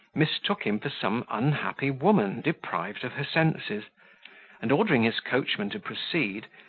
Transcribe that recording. mistook him for some unhappy woman deprived of her senses and, ordering his coachman to proceed,